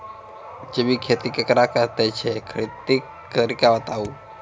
जैबिक खेती केकरा कहैत छै, खेतीक तरीका बताऊ?